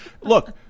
look